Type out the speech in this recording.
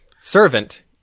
Servant